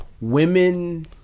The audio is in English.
women